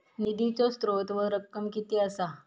निधीचो स्त्रोत व रक्कम कीती असा?